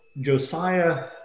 Josiah